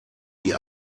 die